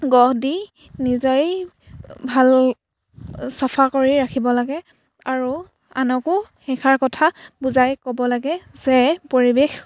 গঢ় দি নিজেই ভাল চাফা কৰি ৰাখিব লাগে আৰু আনকো সেইষাৰ কথা বুজাই ক'ব লাগে যে পৰিৱেশ